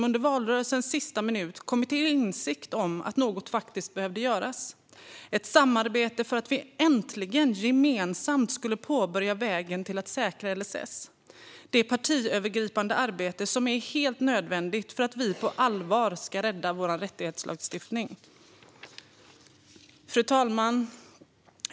Under valrörelsens sista minut hade man kommit till insikt om att något faktiskt behövde göras. Det var ett samarbete för att vi äntligen gemensamt skulle påbörja vägen till att säkra LSS och inleda det partiövergripande arbete som är helt nödvändigt för att vi på allvar ska rädda vår rättighetslagstiftning. Fru talman!